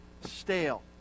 stale